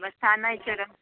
ब्यबस्था नहि छै